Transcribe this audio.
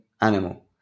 animal